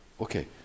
okay